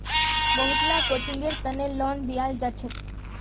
बहुत ला कोचिंगेर तने लोन दियाल जाछेक